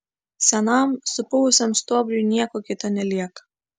senam supuvusiam stuobriui nieko kito nelieka